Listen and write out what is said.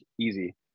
easy